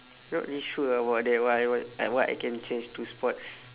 not really sure ah about that one like what I can change to sports